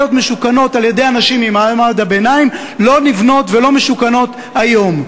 משוכנות על-ידי אנשים ממעמד הביניים לא נבנות ולא משוכנות היום.